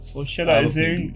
Socializing